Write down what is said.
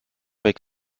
week